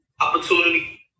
opportunity